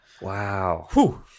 Wow